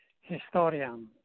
historian